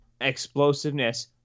explosiveness